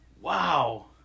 Wow